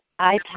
iPad